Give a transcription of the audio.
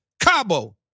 Cabo